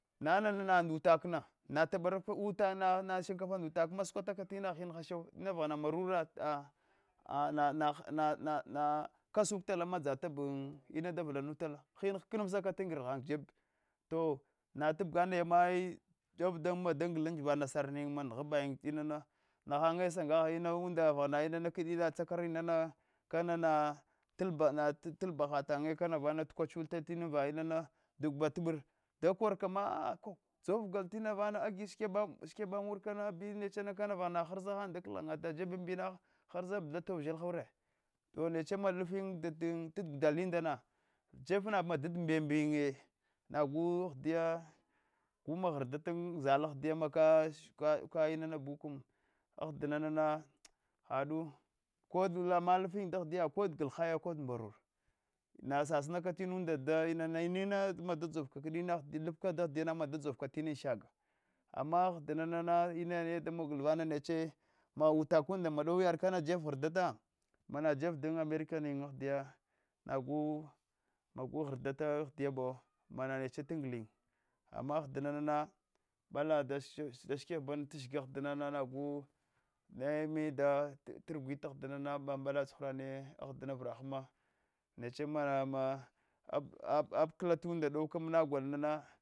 Na ana nana nda utekna natam barafks utaka nana na shinkafa nda utakna sukwata ka tina hni hashu nawaghana marori a nana nama na na na kasuk talama dadzatabu inanda davlanchtala hin hknamsaka ta ngra ghan jeb to natabga nayama a inajeb tangli angwa nasor nayin nchanma nghftabaym tinana nchannye sangash ina unila vaghana ina kdi tsakarl nana kamana labba nata labba tachanye vana to kwachutai tina inana duba tabr dakorma ah dzogol tinana vana agi shikeban wurkana benechna kanava har za da kalghannya taghan jefdanbibina harzal vashata bul ushindura neche mahiyin dandahindoma jefnamaf mbembrinyin nagu ahdiya magu ghrdata zhal ahidiya maka sui nana bukan ahdina hadu ko davumus lafthin dahdiya ko dihaya ko ta mboror nasasina tinunla da inana ina inana dadorvakdi lablaka dahdiya mada dzouks mada dzouka kdi tinana shaga anna ahdina nana inana domogl vana neche ina utakanda madowi yad kana jef da ghrdata mana jefdan american ahdiya magh ghrdata ahdiyabo maneche ama ahdina na mbala dash dash dashikef dashikef shikefet ahdina nagh nemi dat rugwita ahdinanaba mbala tsuhuran ne ahdina vrahhama neche ma manna nfkla tunla dowka gol mna